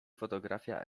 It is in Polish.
fotografia